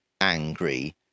angry